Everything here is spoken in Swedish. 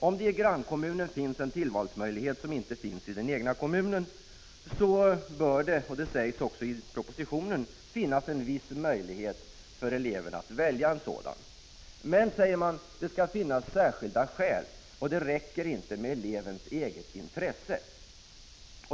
Om det i grannkommunen finns ett tillval som inte finns i den egna kommunen bör det — det sägs också i propositionen — föreligga en viss möjlighet för eleverna att välja ett sådant ämne. Men, säger man, det skall finnas särskilda skäl, och det räcker inte med elevens eget intresse.